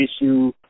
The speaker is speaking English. issue